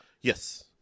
Yes